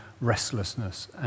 restlessness